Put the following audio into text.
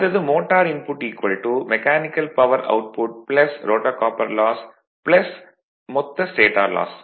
அடுத்தது motor input mechanical power output rotor copper loss மொத்த stator loss